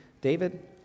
David